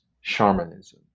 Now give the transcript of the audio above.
shamanism